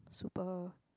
super